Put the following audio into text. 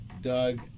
Doug